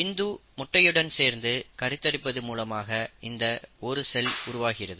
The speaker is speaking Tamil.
விந்து முட்டையுடன் சேர்ந்து கருத்தரிப்பது மூலமாகவே இந்த ஒரு செல் உருவாகிறது